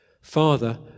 Father